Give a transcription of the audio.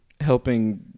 helping